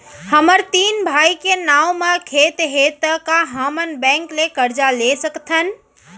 हमर तीन भाई के नाव म खेत हे त का हमन बैंक ले करजा ले सकथन?